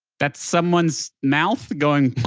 that's someone's mouth going